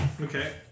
Okay